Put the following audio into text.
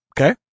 Okay